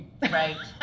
Right